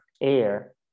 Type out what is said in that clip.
air